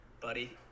buddy